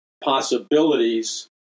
possibilities